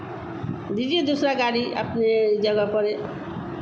दीजिए दूसरा गाड़ी अपने जगह पर